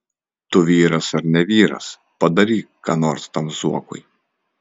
tu vyras ar ne vyras padaryk ką nors tam zuokui